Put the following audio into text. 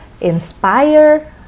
inspire